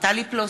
טלי פלוסקוב,